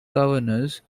governors